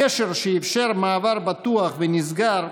הגשר שאפשר מעבר בטוח נסגר,